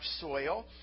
soil